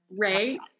Right